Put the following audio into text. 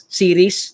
series